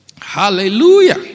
Hallelujah